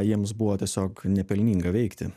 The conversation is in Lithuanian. jiems buvo tiesiog nepelninga veikti